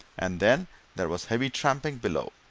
and then there was heavy tramping below,